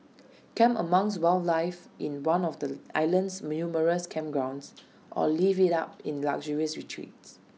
camp amongst wildlife in one of the island's numerous campgrounds or live IT up in luxurious retreats